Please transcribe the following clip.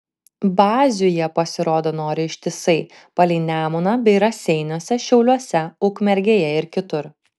bazių jie pasirodo nori ištisai palei nemuną bei raseiniuose šiauliuose ukmergėje ir kitur